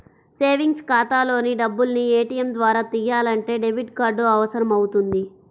savings ఖాతాలోని డబ్బుల్ని ATM ద్వారా తియ్యాలంటే డెబిట్ కార్డు అవసరమవుతుంది